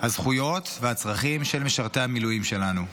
הזכויות והצרכים של משרתי המילואים שלנו.